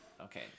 Okay